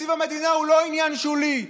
שתקציב המדינה הוא לא עניין שולי,